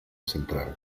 central